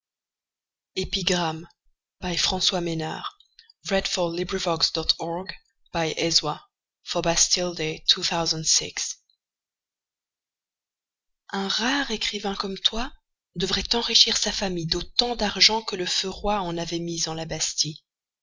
un rare écrivain comme toi devrait enrichir sa famille d'autant d'argent que le feu roi en avait mis en la bastille